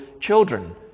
children